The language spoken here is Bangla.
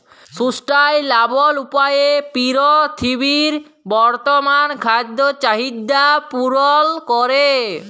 সুস্টাইলাবল উপায়ে পীরথিবীর বর্তমাল খাদ্য চাহিদ্যা পূরল ক্যরে